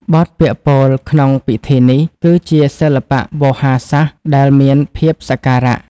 បទពាក្យពោលក្នុងពិធីនេះ គឺជាសិល្បៈវោហារសាស្ត្រដែលមានភាពសក្ការៈ។